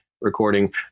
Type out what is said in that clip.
recording